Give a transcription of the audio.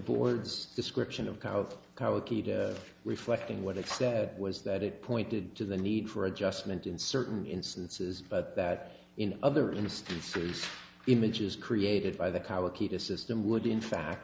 board's description of how reflecting what it said was that it pointed to the need for adjustment in certain instances but that in other instances images created by the cow akita system would in fact